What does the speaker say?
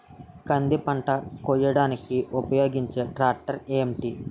కంది పంట కోయడానికి ఉపయోగించే ట్రాక్టర్ ఏంటి?